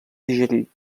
digerir